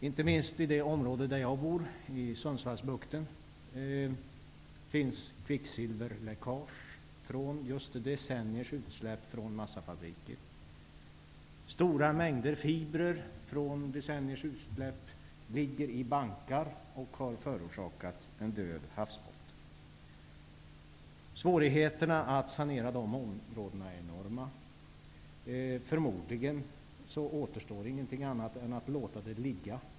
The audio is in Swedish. Inte minst i det område där jag bor, Sundsvallsbukten, finns kvicksilverläckage från decenniers utsläpp från massafabriker. Stora mängder fibrer ligger i bankar och har förorsakat en död havsbotten. Svårigheterna att sanera dessa områden är enorma. Förmodligen återstår inget annat än att låta alltihop ligga.